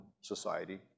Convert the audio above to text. society